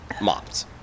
mopped